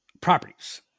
properties